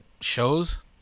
shows